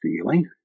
feeling